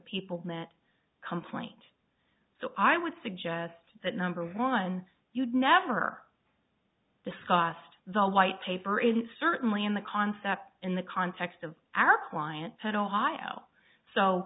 people that complaint so i would suggest that number one you would never discussed the white paper is certainly in the concept in the context of our client had ohio so